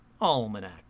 Almanac